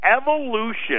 evolution